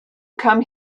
come